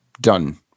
done